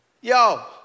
yo